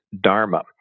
dharma